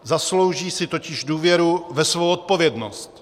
Zaslouží si totiž důvěru ve svou odpovědnost.